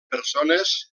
persones